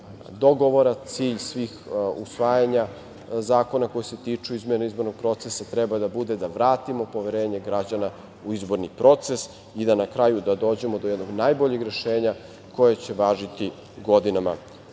dogovora, cilj svih usvajanja zakona koji se tiču izmene izbornog procesa, treba da bude da vratimo poverenje građana u izborni proces i da na kraju dođemo do jednog najboljeg rešenja koje će važiti godinama